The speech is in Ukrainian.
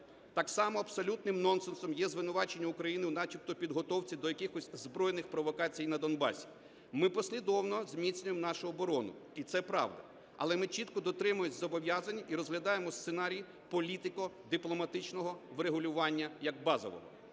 Так само абсолютним нонсенсом є звинувачення України у начебто підготовці до якихось збройних провокацій на Донбасі. Ми послідовно зміцнюємо нашу оборону, і це правда, але ми чітко дотримуємося зобов'язань і розглядаємо сценарій політико-дипломатичного врегулювання як базовий.